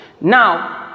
Now